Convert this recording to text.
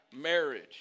marriage